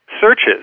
searches